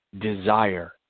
desire